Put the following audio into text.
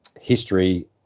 history